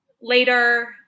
later